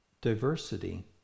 diversity